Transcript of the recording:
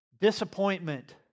disappointment